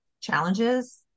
challenges